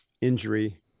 injury